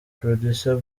producer